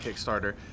Kickstarter